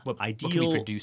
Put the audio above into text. ideal